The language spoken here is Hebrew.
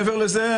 מעבר לזה,